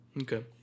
Okay